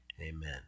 Amen